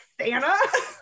Santa